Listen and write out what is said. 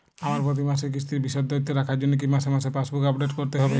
আমার প্রতি মাসের কিস্তির বিশদ তথ্য রাখার জন্য কি মাসে মাসে পাসবুক আপডেট করতে হবে?